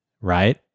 right